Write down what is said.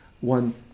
one